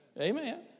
Amen